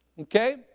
Okay